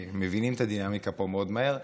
כי הם מבינים את הדינמיקה פה מאוד מהר,